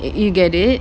you get it